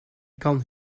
kan